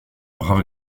brave